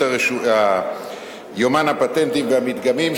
ביומן הפטנטים והמדגמים,